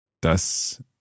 dass